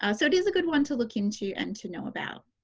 um so, it is a good one to look into and to know about.